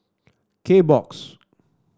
Kbox